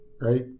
right